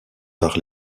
par